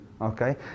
Okay